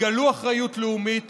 תגלו אחריות לאומית